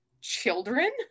children